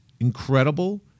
incredible